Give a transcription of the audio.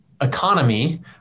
economy